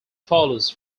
follows